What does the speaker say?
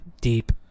Deep